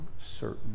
certain